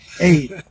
eight